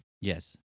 yes